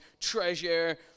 treasure